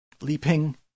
Leaping